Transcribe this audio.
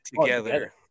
together